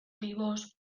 vivos